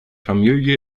familie